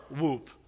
whoop